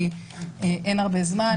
כי אין הרבה זמן,